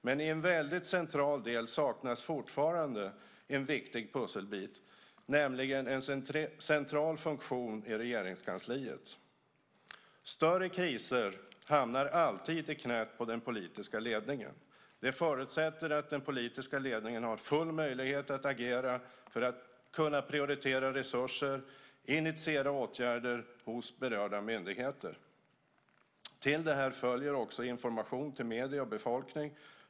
Men i en väldigt central del saknas det fortfarande en viktig pusselbit, nämligen en central funktion i Regeringskansliet. Större kriser hamnar alltid i knät på den politiska ledningen. Det förutsätter att den politiska ledningen har full möjlighet att agera för att kunna prioritera resurser, initiera åtgärder hos berörda myndigheter. Till det här kommer också information till medier och befolkning.